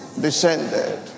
descended